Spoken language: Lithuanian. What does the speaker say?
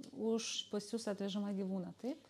už pas jus atvežamą gyvūną taip